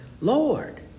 Lord